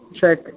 check